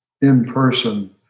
in-person